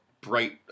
bright